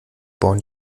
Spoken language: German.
bauen